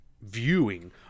viewing